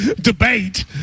debate